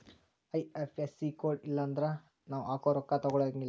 IFSC code ಇಲ್ಲನ್ದ್ರ ನಾವ್ ಹಾಕೊ ರೊಕ್ಕಾ ತೊಗೊಳಗಿಲ್ಲಾ